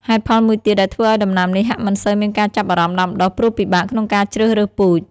ហេតុផលមួយទៀតដែលធ្វើឲ្យដំណាំនេះ ហាក់មិនសូវមានការចាប់អារម្មណ៍ដាំដុះ ព្រោះពិបាកក្នុងការជ្រើសរើសពូជ។